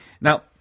Now